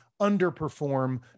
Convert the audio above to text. underperform